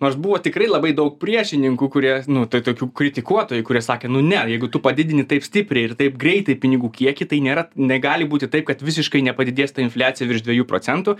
nors buvo tikrai labai daug priešininkų kurie nu tai tokių kritikuotojų kurie sakė nu ne jeigu tu padidini taip stipriai ir taip greitai pinigų kiekį tai nėra negali būti taip kad visiškai nepadidės ta infliacija virš dviejų procentų